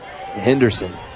Henderson